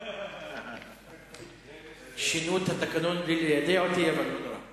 אתה כבר בעצמך לא שואל את השאלות.